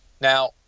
Now